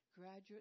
graduate